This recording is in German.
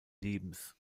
lebens